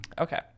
Okay